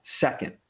second